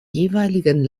jeweiligen